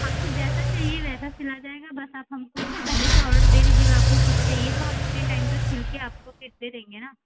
आपको जैसा चाहिए वैसा सिला जाएगा बस आप हमको पहले से ऑर्डर दे दीजिएगा आपको कब चहिए तो हम उतने टाइम तक सिल के आपको फिर दे देंगे ना